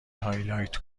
هایلایت